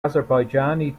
azerbaijani